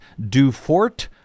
Dufort